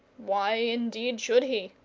why, indeed, should he?